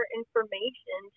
information